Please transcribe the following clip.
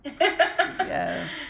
yes